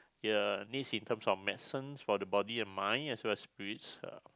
your needs in terms of medicine for the body and mind as well as spirits uh